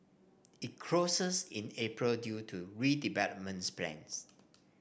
it closes in April due to redevelopments plans